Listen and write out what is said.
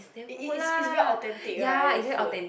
it it is it's very authentic right the food